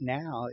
now